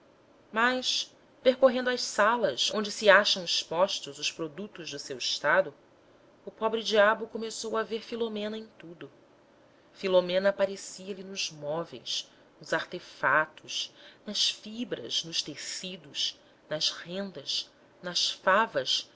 mas percorrendo as salas onde se acham expostos os produtos do seu estado o pobre-diabo começou a ver filomena em tudo filomena aparecia-lhe nos móveis nos artefatos nas fibras nos tecidos nas rendas nas favas